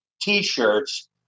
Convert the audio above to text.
T-shirts